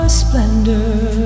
splendor